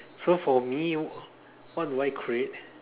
so for me what do I create